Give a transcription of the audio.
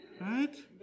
Right